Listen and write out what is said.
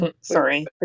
sorry